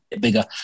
bigger